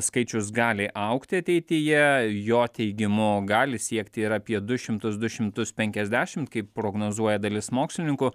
skaičius gali augti ateityje jo teigimu gali siekti ir apie du šimtus du šimtus penkiasdešim kaip prognozuoja dalis mokslininkų